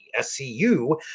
SCU